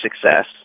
success